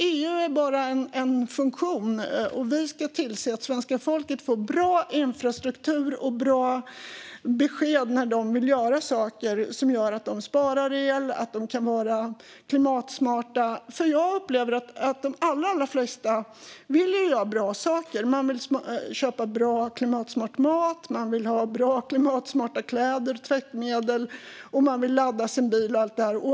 EU är bara en funktion, och vi ska tillse att svenska folket får bra infrastruktur och bra besked när de vill göra saker som gör att de sparar el och kan vara klimatsmarta. Jag upplever att de allra flesta vill göra bra saker. Man vill köpa bra och klimatsmart mat, man vill ha bra och klimatsmarta kläder och tvättmedel och man vill ladda sin bil och allt sådant.